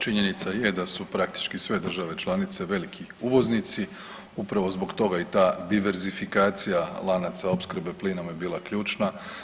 Činjenica je da su praktički sve države članice veliki uvoznici, upravo zbog toga ta diversifikacija lanaca opskrbe plinom je bila ključna.